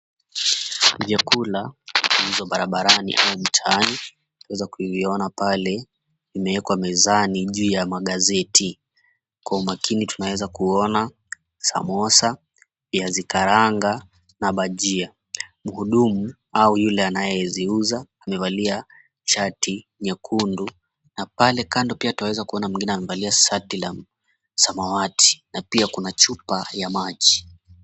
Vyakula hizo barabarani au mtaani. Tunaweza kuiona pale imewekwa mezani juu ya magazeti. Kwa umakini tunaweza kuona samosa, viazi karanga na bajia. Mhudumu au yule anayeziuza amevalia shati nyekundu na pale kando pia tunaweza kuona mwingine amevalia shati la samawati na pia kuna chupa ya maji.